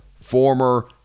former